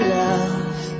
love